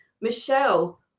Michelle